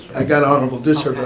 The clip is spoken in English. i got an honorable discharge,